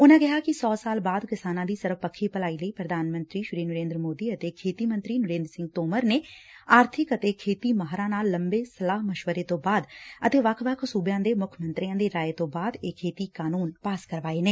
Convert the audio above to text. ਉਨਾਂ ਆਖਿਆ ਕਿ ਸੌ ਸਾਲ ਬਾਅਦ ਕਿਸਾਨਾਂ ਦੀ ਸਰਬਪੱਖੀ ਭਲਾਈ ਲਈ ਪ੍ਰਧਾਨ ਮੰਤਰੀ ਨਰੰਦਰ ਮੋਦੀ ਅਤੇ ਖੇਤੀ ਮੰਤਰੀ ਨਰਿੰਦਰ ਤੋਮਰ ਨੇ ਆਰਥਿਕ ਅਤੇ ਖੇਤੀ ਮਾਹਿਰਾਂ ਨਾਲ ਲੰਬੇ ਸਲਾਹ ਮਸ਼ਵਰੇ ਤੋ ਬਾਅਦ ਅਤੇ ਵੱਖ ਸੁਬਿਆਂ ਦੇ ਮੁੱਖ ਮੰਤਰੀਆਂ ਦੀ ਰਾਏ ਤੋਂ ਬਾਅਦ ਇਹ ਖੇਤੀ ਕਾਨੂੰਨ ਪਾਸ ਕਰਵਾਏ ਨੇ